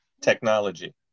technology